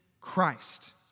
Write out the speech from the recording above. Christ